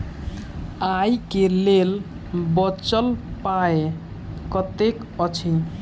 आइ केँ लेल बचल पाय कतेक अछि?